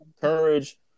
Courage